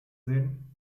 sehen